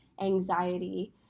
anxiety